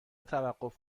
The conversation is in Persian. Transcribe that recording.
توقف